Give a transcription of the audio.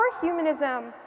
humanism